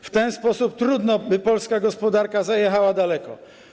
W ten sposób trudno, by polska gospodarka zajechała daleko.